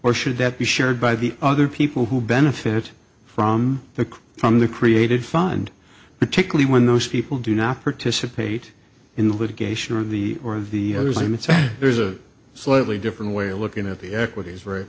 or should that be shared by the other people who benefit from the from the created fund particularly when those people do not participate in the litigation or the or the other limits and there's a slightly different way of looking at the equities